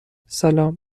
سلام